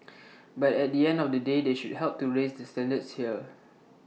but at the end of the day they should help to raise the standards here